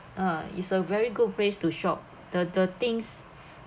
ah it's a very good place to shop the the things